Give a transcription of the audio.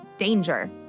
danger